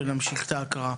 ונמשיך בהקראה.